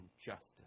justice